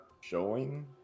showing